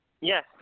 yes